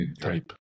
type